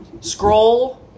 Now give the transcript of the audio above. Scroll